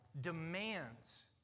Demands